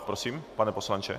Prosím, pane poslanče.